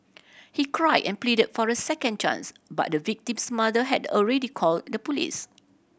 he cried and pleaded for a second chance but the victim's mother had already called the police